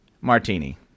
martini